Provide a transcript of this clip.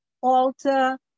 altar